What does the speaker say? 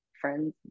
friends